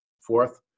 Fourth